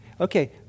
Okay